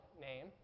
name